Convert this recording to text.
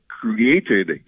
created